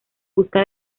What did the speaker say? busca